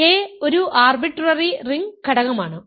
a ഒരു arbitrary ring ഘടകമാണ്